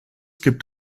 gibt